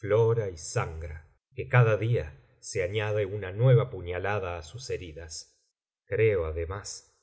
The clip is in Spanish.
llora y sangra y que cada día se añade una nueva puñalada á sus heridas creo además